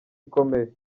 ikomeye